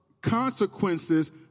consequences